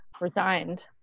resigned